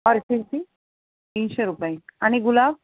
orchid तीनशे रुपये आणि गुलाब